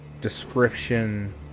description